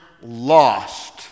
lost